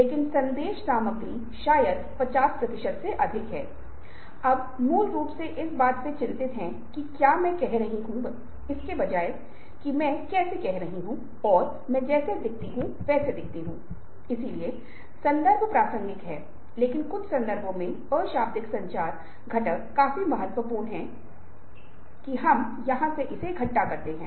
assignment जो आज की बात से संबंधित है और मैं नेट पर निष्कर्ष साझा कर रहा हूं ताकि आप वहां के निष्कर्षों को देख सकें लेकिन अपेक्षित परिणाम मोटे तौर पर उनका हैं जिनके बारे में अभी मैं आपसे चर्चा करूंगा